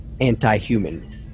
anti-human